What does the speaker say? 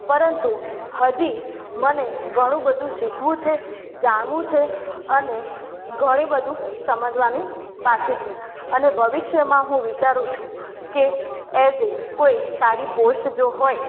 પરંતુ હજી મને ઘણું બધુ શીખવું છે જાણવું છે અને ઘણું બધુ સમજવાનું બાકી છે અને ભવિષ્યમાં હું વિચારું છુ કે એઝ એ કોઇ સારી પોસ્ટ જો હોય